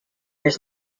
years